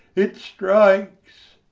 it strikes!